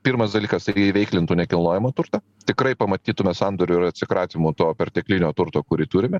pirmas dalykas įveiklintų nekilnojamą turtą tikrai pamatytume sandorių ir atsikratymų to perteklinio turto kurį turime